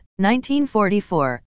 1944